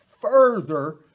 further